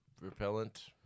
Repellent